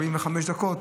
45 דקות,